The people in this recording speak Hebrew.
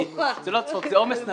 זה לא צחוק, זה עומס נפשי.